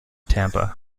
tampa